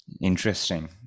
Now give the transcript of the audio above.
interesting